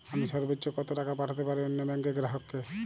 আমি সর্বোচ্চ কতো টাকা পাঠাতে পারি অন্য ব্যাংকের গ্রাহক কে?